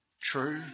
true